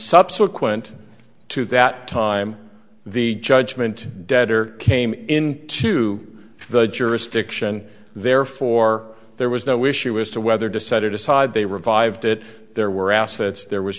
subsequent to that time the judgment debtor came into the jurisdiction therefore there was no issue as to whether decided to side they revived it there were assets there was